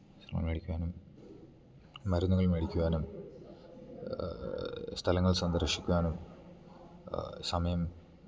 വസ്ത്രങ്ങള് മേടിക്കുവാനും മരുന്നുകൾ മേടിക്കുവാനും സ്ഥലങ്ങൾ സന്ദർശിക്കുവാനും സമയം